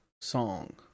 song